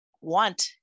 want